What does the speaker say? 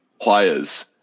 players